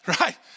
right